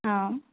ಹಾಂ